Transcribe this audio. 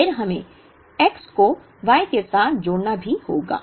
फिर हमें X को Y के साथ जोड़ना भी होगा